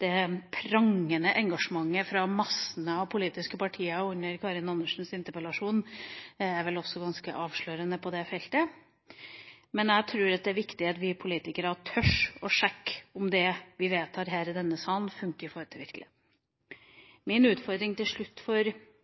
Det «prangende» engasjementet fra massene av politiske partier under Karin Andersens interpellasjon er vel også ganske avslørende. Jeg tror det er viktig at vi politikere tør å sjekke om det vi vedtar her i denne salen, fungerer i virkeligheten. Til slutt har jeg en utfordring til